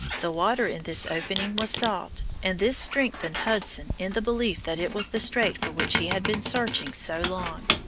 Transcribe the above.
the water in this opening was salt, and this strengthened hudson in the belief that it was the strait for which he had been searching so long.